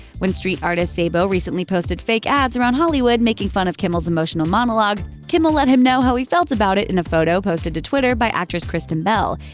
when street artist sabo recently posted fake ads around hollywood, making fun of kimmel's emotional monologue, kimmel let him know how he felt about it in a photo posted to twitter by actress kristen bell.